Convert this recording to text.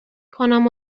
کنم